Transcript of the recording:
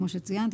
כמו שציינתי,